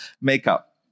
makeup